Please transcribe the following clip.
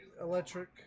Electric